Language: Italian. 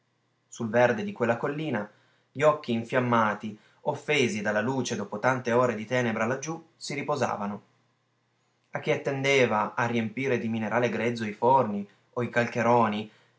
sul verde di quella collina gli occhi infiammati offesi dalla luce dopo tante ore di tenebra laggiù si riposavano a chi attendeva a riempire di minerale grezzo i forni o